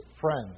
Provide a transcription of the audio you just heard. friends